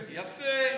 יפה.